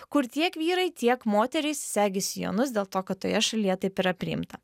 kur tiek vyrai tiek moterys segi sijonus dėl to kad toje šalyje taip yra priimta